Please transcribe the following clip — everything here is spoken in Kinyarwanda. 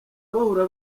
bahora